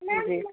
جی